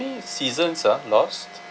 seasons ah lost